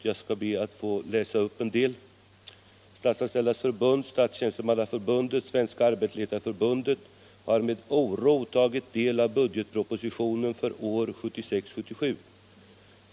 Jag skall be att få läsa upp en del därav: ”Statsanställdas förbund, Statstjänstemannaförbundet och Svenska arbetsledareförbundet har med oro tagit del av budgetpropositionen för år 1976/77.